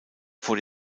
vor